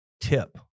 tip